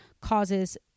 causes